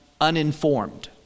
uninformed